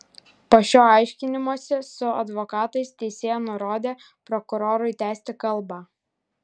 po šio aiškinimosi su advokatais teisėja nurodė prokurorui tęsti kalbą